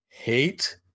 Hate